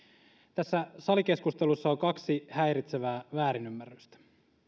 tässä salikeskustelussa on kaksi häiritsevää väärinymmärrystä